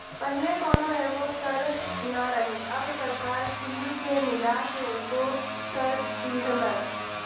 पहिले कौनो एगो कर ना रहे अब सरकार कुली के मिला के एकेगो कर दीहलस